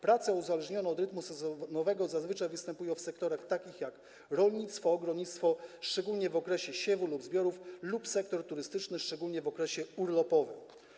Prace uzależnione od rytmu sezonowego zazwyczaj występują w sektorach takich jak rolnictwo, ogrodnictwo, szczególnie w okresie siewu lub zbiorów, lub sektor turystyczny, szczególnie w okresie urlopowym.